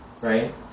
right